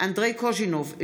אנדרי קוז'ינוב,